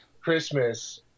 Christmas